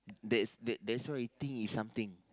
that's that that's why he think is something